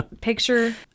picture